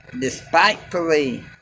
despitefully